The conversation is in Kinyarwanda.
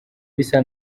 bisa